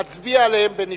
נצביע עליהן בנפרד,